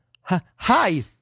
hi